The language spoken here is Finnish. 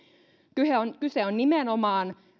kyse on kyse on nimenomaan